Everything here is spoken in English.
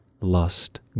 lust